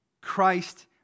Christ